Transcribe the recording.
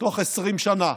תוך 20 שנה